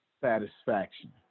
satisfaction